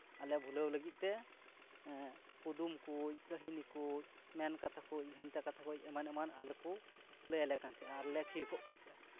ᱟᱞᱮ ᱵᱷᱩᱞᱟᱹᱣ ᱞᱟᱹᱜᱤᱫ ᱛᱮ ᱠᱩᱫᱩᱢ ᱠᱚ ᱠᱟᱹᱦᱱᱤ ᱠᱚ ᱢᱮᱱ ᱠᱟᱛᱷᱟ ᱠᱚ ᱵᱷᱮᱱᱛᱟ ᱠᱟᱛᱷᱟ ᱠᱚ ᱮᱢᱟᱱ ᱮᱢᱟᱱ ᱟᱞᱮ ᱠᱚ ᱞᱟᱹᱭ ᱟᱞᱮ ᱠᱟᱱ ᱛᱟᱦᱮᱸᱜᱼᱟ ᱟᱨ ᱞᱮ ᱛᱷᱤᱨ ᱠᱚᱜ ᱠᱟᱱ ᱛᱟᱦᱮᱸᱜᱼᱟ